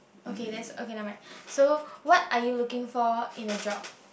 okay that's okay nevermind so what are you looking for in a job